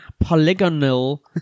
polygonal